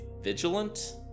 vigilant